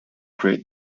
create